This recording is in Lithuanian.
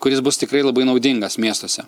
kuris bus tikrai labai naudingas miestuose